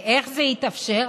ואיך זה התאפשר?",